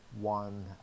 One